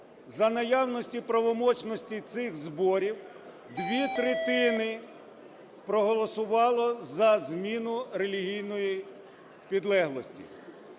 за наявності правомочності цих зборів дві третини проголосувало за зміну релігійної підлеглості.